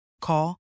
Call